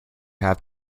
have